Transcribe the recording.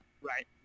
Right